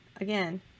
again